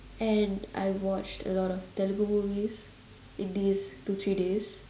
and I watched a lot of telugu movies in this two three days